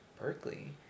Berkeley